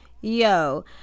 Yo